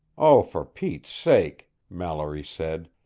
oh, for pete's sake! mallory said,